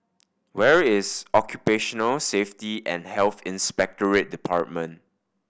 where is Occupational Safety and Health Inspectorate Department